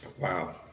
Wow